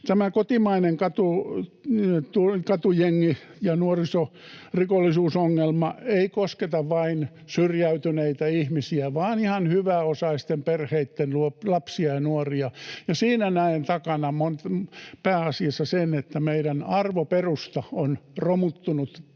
Tämä kotimainen katujengi‑ ja nuorisorikollisuusongelma ei kosketa vain syrjäytyneitä ihmisiä vaan ihan hyväosaisten perheitten lapsia ja nuoria. Siinä näen takana pääasiassa sen, että meidän arvoperusta on romuttunut